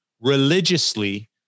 religiously